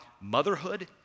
motherhood